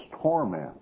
torment